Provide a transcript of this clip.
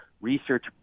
research